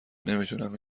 نمیتونم